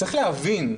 צריך להבין,